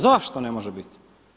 Zašto ne može biti?